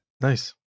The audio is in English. Nice